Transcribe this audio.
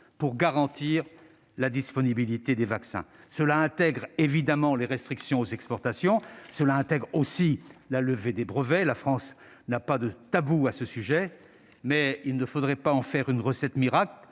pour garantir la disponibilité des vaccins. Cela intègre, évidemment, les restrictions aux exportations ainsi que la levée des brevets. La France n'a pas de tabou à ce sujet, mais il ne s'agit pas d'en faire « la recette miracle